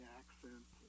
accent